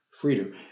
freedom